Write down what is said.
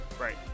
Right